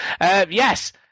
Yes